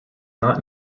not